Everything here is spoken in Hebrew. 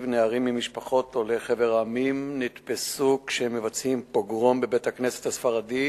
המקורות, מתבצע המאבק בתאונות